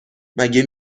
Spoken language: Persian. مگه